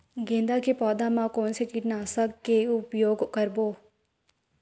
गेंदा के पौधा म कोन से कीटनाशक के उपयोग करबो?